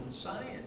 science